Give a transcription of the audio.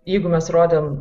jeigu mes rodėm